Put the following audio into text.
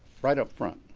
right up front.